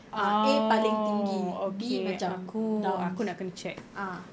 ah A paling tinggi B macam down ah